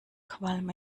qualm